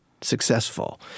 successful